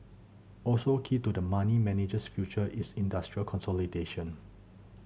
also key to the money manager's future is industry consolidation